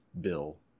Bill